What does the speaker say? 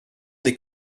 des